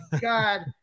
God